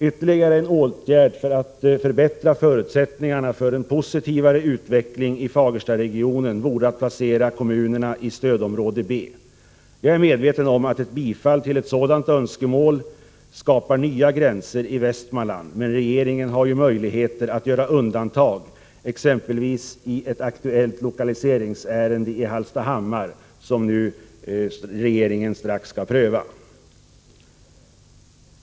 Ytterligare en åtgärd för att förbättra förutsättningarna för en positivare utveckling i Fagerstaregionen vore att placera kommunerna där i stödområde B. Jag är medveten om att ett bifall till ett sådant önskemål skapar nya gränser i Västmanland, men regeringen har ju möjligheter att göra undantag. Jag avser då exempelvis ett aktuellt lokaliseringsärende i Hallstahammar som regeringen snart skall pröva.